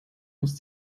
muss